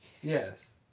Yes